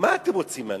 מה אתם רוצים מהנוער?